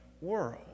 world